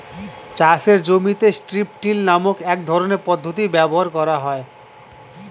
চাষের জমিতে strip till নামক এক রকমের পদ্ধতি ব্যবহার করা হয়